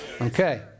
Okay